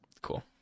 cool